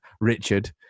Richard